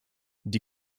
die